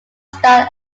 starred